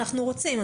זה מה שאנחנו רוצים,